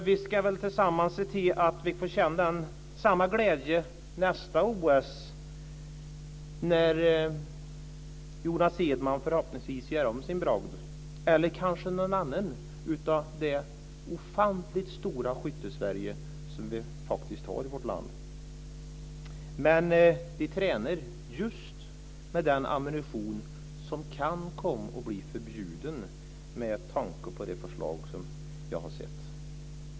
Vi ska tillsammans se till att vi får känna samma glädje nästa OS, när Jonas Edman förhoppningsvis gör om sin bragd eller när någon annan i det offantligt stora Skytte-Sverige gör en bragd. De tränar just med den ammunition som kan komma att bli förbjuden, med tanke på det förslag som jag har sett.